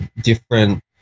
different